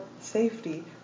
safety